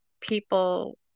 people